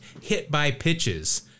hit-by-pitches